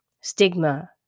stigma